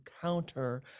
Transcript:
counter